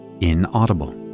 inaudible